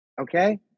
Okay